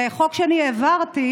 זה חוק שאני העברתי,